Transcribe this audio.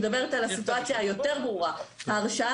אני מדברת על הסיטואציה היותר גרועה - ההרשעה